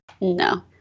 No